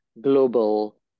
global